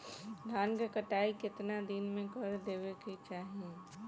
धान क कटाई केतना दिन में कर देवें कि चाही?